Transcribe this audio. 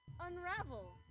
unravel